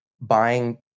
buying